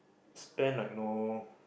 spend like no